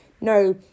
no